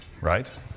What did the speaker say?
right